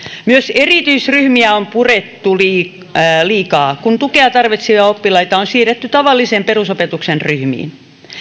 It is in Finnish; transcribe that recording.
myös erityisryhmiä on purettu liikaa kun tukea tarvitsevia oppilaita on siirretty tavallisen perusopetuksen ryhmiin